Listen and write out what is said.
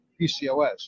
pcos